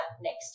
next